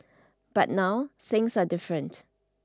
but now things are different